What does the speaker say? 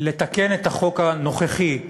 לתקן את החוק הנוכחי,